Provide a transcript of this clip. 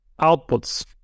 outputs